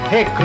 Hey